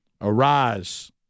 Arise